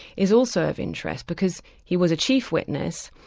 is also of interest because he was a chief witness,